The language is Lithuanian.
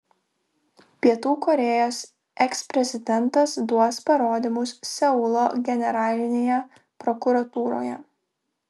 pietų korėjos eksprezidentas duos parodymus seulo generalinėje prokuratūroje